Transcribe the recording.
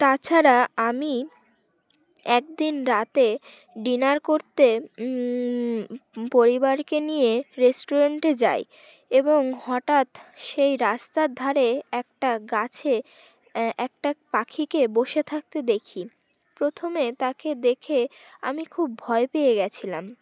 তাছাড়া আমি একদিন রাতে ডিনার করতে পরিবারকে নিয়ে রেস্টুরেন্টে যাই এবং হঠাৎ সেই রাস্তার ধারে একটা গাছে একটা পাখিকে বসে থাকতে দেখি প্রথমে তাকে দেখে আমি খুব ভয় পেয়ে গিয়েছিলাম